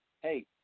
hey